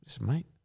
mate